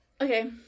Okay